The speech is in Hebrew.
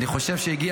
אני חושב שהגיע